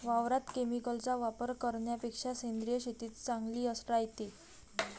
वावरात केमिकलचा वापर करन्यापेक्षा सेंद्रिय शेतीच चांगली रायते